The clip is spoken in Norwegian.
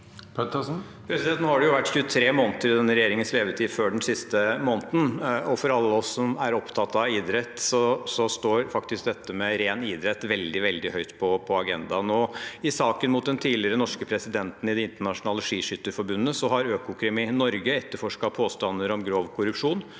Nå har det jo vært 23 måneder i denne regjeringens levetid før den siste måneden, og for alle oss som er opptatt av idrett, står faktisk dette med ren idrett veldig, veldig høyt på agendaen. I saken mot den tidligere norske presidenten i det internasjonale skiskytterforbundet har Økokrim i Norge etterforsket påstander om grov korrupsjon,